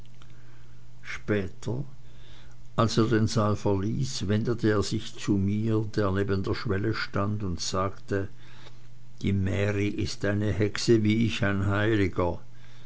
später als er den saal verließ wendete er sich zu mir der neben der schwelle stand und sagte die mary ist eine hexe wie ich ein heiliger